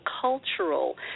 cultural